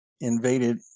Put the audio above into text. invaded